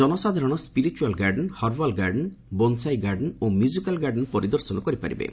ଜନସାଧାରଣ spiritual garden herbal garden bonsai garden ଓ musical garden ପରିଦର୍ଶନ କରିପାରିବେ